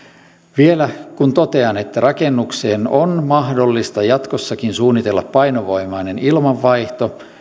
vielä kun totean että rakennukseen on mahdollista jatkossakin suunnitella painovoimainen ilmanvaihto